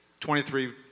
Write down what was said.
23